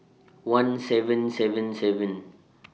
one seven seven seven